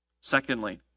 Secondly